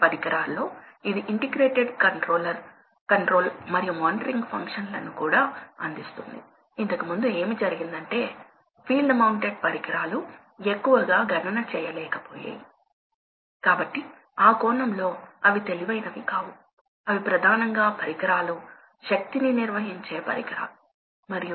వాస్తవానికి ఇది industry drives లో మనం చేయబోయే ఈ కోర్సులోని తరువాతి కొన్ని పాఠాలను ప్రేరేపిస్తుంది బహుశా ఇండస్ట్రీ లో డ్రైవ్స్ ఎందుకు ఉపయోగకరం అనేది ఈ పాఠం ద్వారా తెలుసుకుంటాము